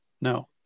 No